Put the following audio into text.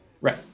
Right